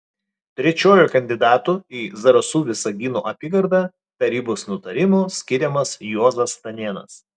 trečiuoju kandidatu į zarasų visagino apygardą tarybos nutarimu skiriamas juozas stanėnas